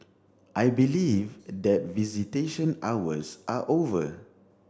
I believe that visitation hours are over